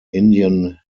indian